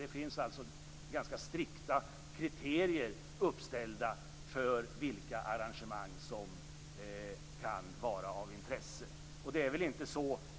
Det finns alltså ganska strikta kriterier uppställda för vilka arrangemang som kan vara av intresse.